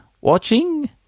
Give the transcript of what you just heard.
watching